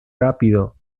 rapido